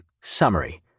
Summary